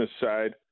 side